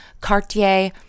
Cartier